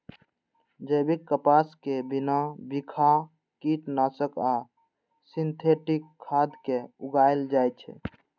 जैविक कपास कें बिना बिखाह कीटनाशक आ सिंथेटिक खाद के उगाएल जाए छै